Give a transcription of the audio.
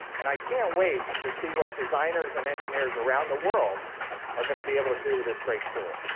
and i can't wait to see what designers and engineers around the world are going to be able to do with this great tool.